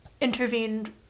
intervened